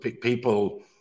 people